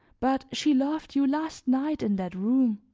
but she loved you last night in that room